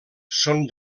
són